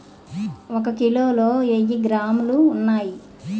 ఒక కిలోలో వెయ్యి గ్రాములు ఉన్నాయి